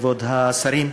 כבוד השרים,